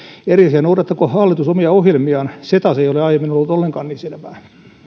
eri asia noudattaako hallitus omia ohjelmiaan se ei taas ole aiemmin ollut ollenkaan niin selvää